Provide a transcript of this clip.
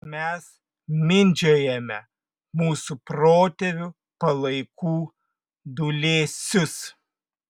mes mindžiojame mūsų protėvių palaikų dūlėsius